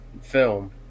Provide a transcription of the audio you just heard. film